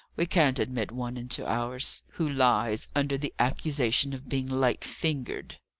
we can't admit one into ours, who lies under the accusation of being light-fingered.